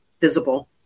visible